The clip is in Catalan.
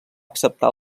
acceptar